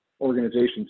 organizations